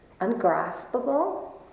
ungraspable